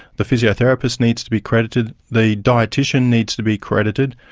the physiotherapist needs to be accredited, the dietician needs to be accredited,